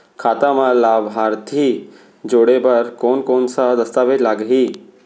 खाता म लाभार्थी जोड़े बर कोन कोन स दस्तावेज लागही?